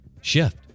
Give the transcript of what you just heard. shift